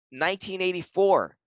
1984